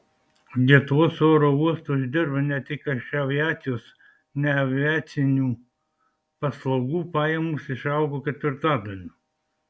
lietuvos oro uostai uždirba ne tik iš aviacijos neaviacinių paslaugų pajamos išaugo ketvirtadaliu